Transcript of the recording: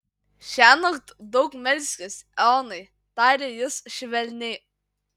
šiąnakt daug melskis eonai tarė jis švelniai